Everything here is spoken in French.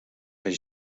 fait